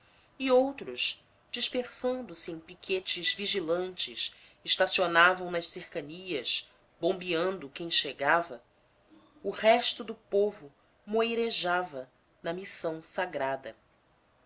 e outros dispersando se em piquetes vigilantes estacionavam nas cercanias bombeando quem chegava o resto do povo moirejava na missão sagrada